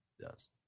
yes